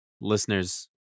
listeners